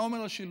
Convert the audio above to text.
מה אומר השילוב?